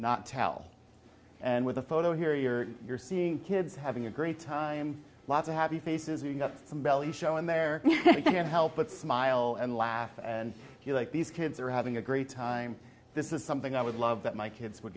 not tell and with a photo here you're you're seeing kids having a great time lots of happy faces and you've got some belly show in there you can't help but smile and laugh and feel like these kids are having a great time this is something i would love that my kids would